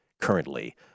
currently